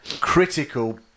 critical